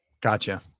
Gotcha